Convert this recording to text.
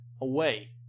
away